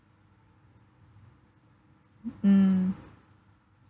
mm